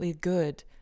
good